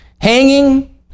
Hanging